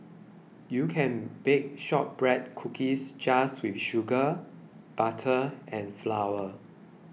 you can bake Shortbread Cookies just with sugar butter and flour